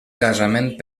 casament